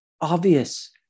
obvious